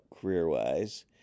career-wise